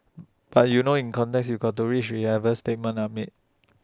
but you know in context you got to read whichever statements are made